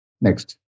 Next